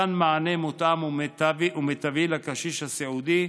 מתן מענה מותאם ומיטבי לקשיש הסיעודי,